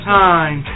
time